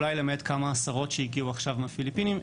אולי למעט כמה עשרות שהגיעו עכשיו מהפיליפינים,